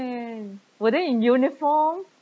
were they in uniform